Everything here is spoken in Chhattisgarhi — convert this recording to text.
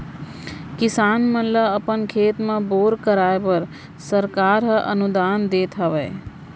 किसान मन ल अपन खेत म बोर कराए बर सरकार हर अनुदान देत हावय